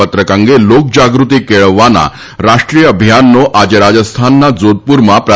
પત્રક અંગે લોકજાગૃતિ કેળવવાના રાષ્ટ્રીય અભિયાનનો આજે રાજસ્થાનના જોધપુરમાં પ્રારંભ કરાવશે